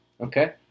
Okay